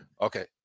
Okay